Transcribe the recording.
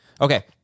Okay